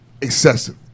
excessive